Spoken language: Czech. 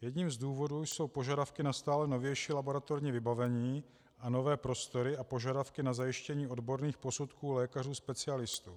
Jedním z důvodů jsou požadavky na stále novější laboratorní vybavení a nové prostory a požadavky na zajištění odborných posudků lékařů specialistů.